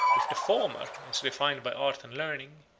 if the former is refined by art and learning,